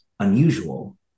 unusual